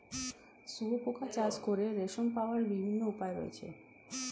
শুঁয়োপোকা চাষ করে রেশম পাওয়ার বিভিন্ন উপায় রয়েছে